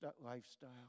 lifestyle